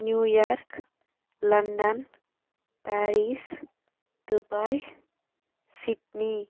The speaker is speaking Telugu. New York London Paris Dubai Sydney